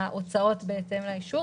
ההוצאות בהתאם לאישור.